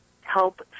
help